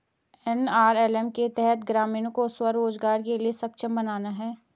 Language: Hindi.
एन.आर.एल.एम के तहत ग्रामीणों को स्व रोजगार के लिए सक्षम बनाना है